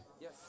Yes